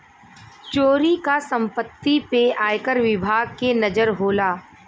चोरी क सम्पति पे आयकर विभाग के नजर होला